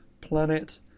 planet